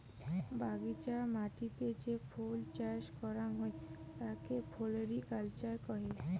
বাগিচার মাটিতে যে ফুল চাস করাং হই তাকে ফ্লোরিকালচার কহে